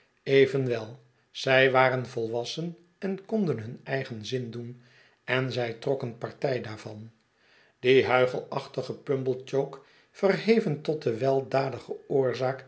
evenwel zij waren volwassen enkondenhun eigen zin doen en zij trokken partij daarvan die huichelachtige pumblechook verheven tot de weidadige